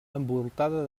envoltada